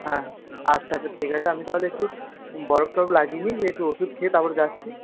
হ্যাঁ আচ্ছা আচ্ছা ঠিক আছে আমি তাহলে একটু বরফ টরফ লাগিয়ে নিই নিয়ে একটু ওষুধ খেয়ে তারপরে যাচ্ছি